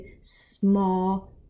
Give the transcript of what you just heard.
small